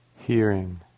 hearing